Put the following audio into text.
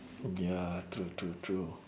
ya true true true